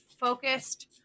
focused